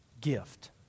gift